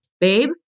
babe